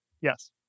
Yes